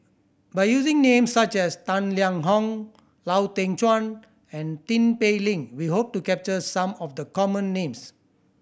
by using names such as Tang Liang Hong Lau Teng Chuan and Tin Pei Ling we hope to capture some of the common names